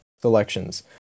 selections